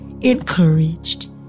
encouraged